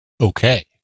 Okay